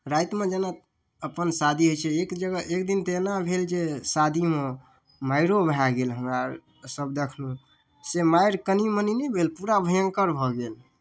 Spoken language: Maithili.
रातिमे जे शादी होइ छै अपन एक जगह एक दिन एना भेल जे शादीमे माइरो आर भए गेल हमरा आर सब देखलहुॅं से मारि कनि मनि नहि भेल पूरा भयङ्कर भऽ गेल